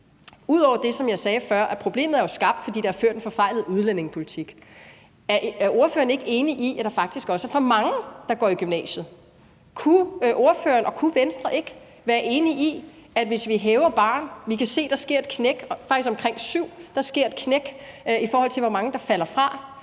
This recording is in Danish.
ud over det, jeg sagde før om, at problemet jo er skabt, fordi der er ført en forfejlet udlændingepolitik – at der faktisk også er for mange, der går i gymnasiet? Kunne ordføreren og Venstre ikke være enige i, at hvis vi hæver barren for at komme i gymnasiet – vi kan se, at der omkring karakteren 7 sker et knæk, i forhold til hvor mange der falder fra